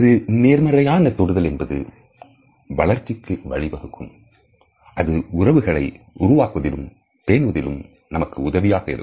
ஒரு நேர்மறையான தொடுதல் என்பது வளர்ச்சிக்கு வழிவகுக்கும் அது உறவுகளை உருவாக்குவதிலும் பேணுவதிலும் நமக்கு உதவியாக இருக்கும்